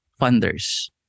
funders